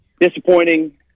disappointing